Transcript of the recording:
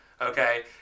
Okay